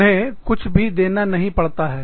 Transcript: उन्हें कुछ भी देना नहीं पड़ता है